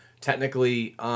technically –